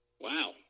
Wow